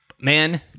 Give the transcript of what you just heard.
Man